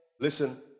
listen